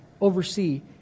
oversee